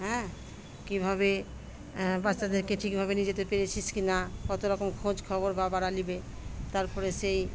হ্যাঁ কীভাবে বাচ্চাদেরকে ঠিকভাবে নিয়ে যেতে পেরেছিস কি না কত রকম খোঁজ খবর বা বাবারা নেবে তারপরে সেই